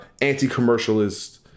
anti-commercialist